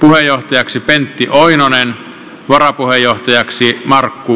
puheenjohtajaksi pentti toivonen varapuheenjohtajaksi markku